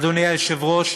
אדוני היושב-ראש,